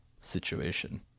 situation